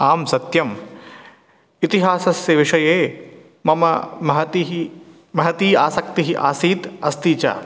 आं सत्यम् इतिहासस्य विषये मम महतिः महती आसक्तिः आसीत् अस्ति च